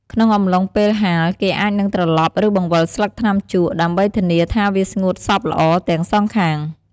ក្នុងអំឡុងពេលហាល គេអាចនឹងត្រឡប់ ឬបង្វិលស្លឹកថ្នាំជក់ ដើម្បីធានាថាវាស្ងួតសព្វល្អទាំងសងខាង។